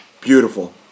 beautiful